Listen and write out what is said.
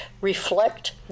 reflect